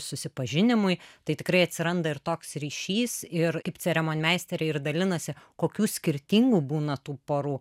susipažinimui tai tikrai atsiranda ir toks ryšys ir kaip ceremonmeisteriai ir dalinasi kokių skirtingų būna tų porų